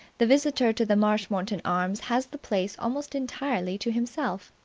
the visitor to the marshmoreton arms has the place almost entirely to himself.